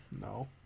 No